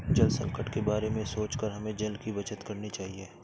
जल संकट के बारे में सोचकर हमें जल की बचत करनी चाहिए